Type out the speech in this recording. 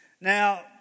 Now